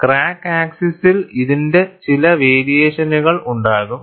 crack ആക്സിസിൽ ഇതിന്റെ ചില വേരിയേഷനുകൾ ഉണ്ടാകും